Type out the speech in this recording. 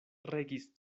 regis